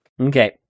Okay